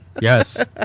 Yes